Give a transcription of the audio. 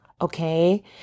Okay